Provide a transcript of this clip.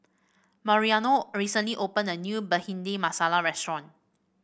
Mariano recently opened a new Bhindi Masala restaurant